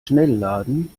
schnellladen